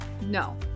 no